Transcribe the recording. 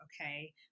okay